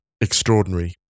extraordinary